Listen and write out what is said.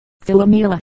Philomela